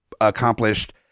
accomplished